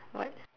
what